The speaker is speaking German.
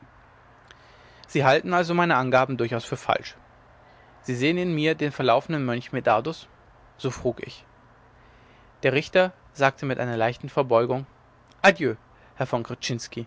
sie halten also meine angaben durchaus für falsch sie sehen in mir den verlaufenen mönch medardus so frug ich der richter sagte mit einer leichten verbeugung adieu herr von